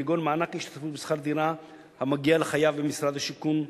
כגון מענק השתתפות בשכר דירה המגיע לחייב ממשרד השיכון,